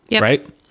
Right